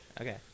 Okay